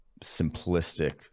simplistic